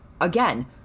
Again